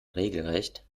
regelrecht